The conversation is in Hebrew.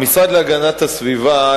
המשרד להגנת הסביבה,